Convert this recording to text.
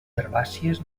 herbàcies